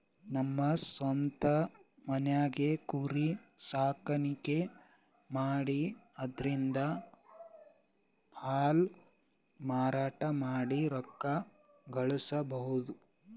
ನಮ್ ಸ್ವಂತ್ ಮನ್ಯಾಗೆ ಕುರಿ ಸಾಕಾಣಿಕೆ ಮಾಡಿ ಅದ್ರಿಂದಾ ಹಾಲ್ ಮಾರಾಟ ಮಾಡಿ ರೊಕ್ಕ ಗಳಸಬಹುದ್